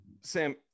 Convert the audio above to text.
Sam